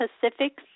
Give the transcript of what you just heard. Pacific